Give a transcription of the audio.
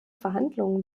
verhandlungen